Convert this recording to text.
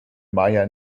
maja